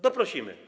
Doprosimy.